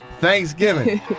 Thanksgiving